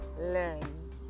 learn